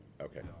Okay